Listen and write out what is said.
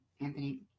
Anthony